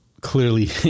clearly